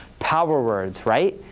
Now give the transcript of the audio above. power words, right?